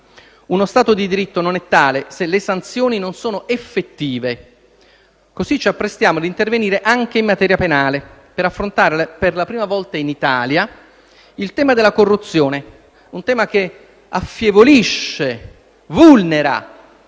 uno Stato di diritto non è tale se le sanzioni non sono effettive. Così ci apprestiamo a intervenire anche in materia penale per affrontare, per la prima volta in Italia, il tema della corruzione, un tema che affievolisce e vulnera